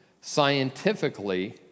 scientifically